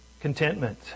Contentment